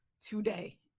today